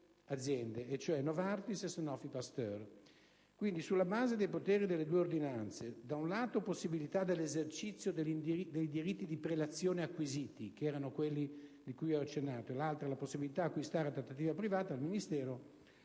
Sulla base dei poteri delle due ordinanze (da un lato possibilità dell'esercizio dei diritti di prelazione acquisiti, che erano quelli a cui ho accennato, dall'altro possibilità di acquistare a trattativa privata), il Ministero